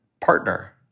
partner